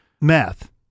meth